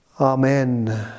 Amen